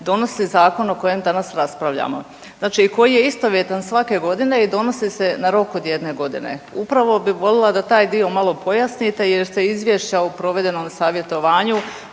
donosi zakon o kojem danas raspravljamo. Znači i koji je istovjetan svake godine i donosi se na rok od 1 godine. Upravo bi volila da taj dio malo pojasnite jer se iz izvješća o provedenom savjetovanju